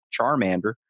Charmander